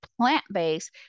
plant-based